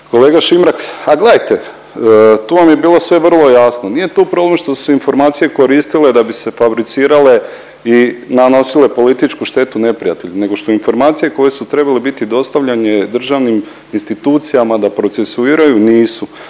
Kolega Šimrak, a gledajte tu vam je bilo sve vrlo jasno. Nije tu problem što su se informacije koristile da bi se fabricirale i nanosile političku štetu neprijatelju nego što informacije koje su trebale biti dostavljane državnim institucijama da procesuiraju nisu.